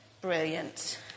Brilliant